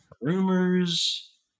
rumors